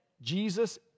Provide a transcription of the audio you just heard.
Jesus